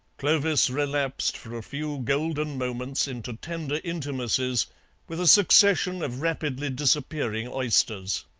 clovis relapsed for a few golden moments into tender intimacies with a succession of rapidly disappearing oysters.